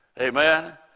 Amen